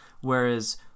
whereas